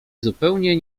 zupełnie